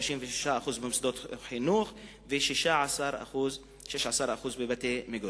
36% במוסדות חינוך ו-16% בבתי מגורים.